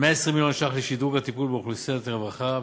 120 מיליון ש"ח לשדרוג הטיפול באוכלוסיית הרווחה,